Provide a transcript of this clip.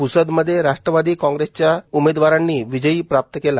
प्सदमध्ये राश्ट्रवादी काँग्रेसच्या उमेदवारांनी विजय प्राप्त केला